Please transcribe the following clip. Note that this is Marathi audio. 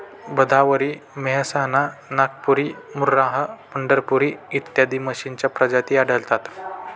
भदावरी, मेहसाणा, नागपुरी, मुर्राह, पंढरपुरी इत्यादी म्हशींच्या प्रजाती आढळतात